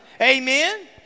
Amen